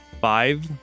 Five